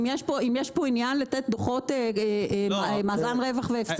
אם יש פה עניין לתת מאזן רווח והפסד.